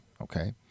okay